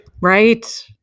Right